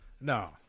No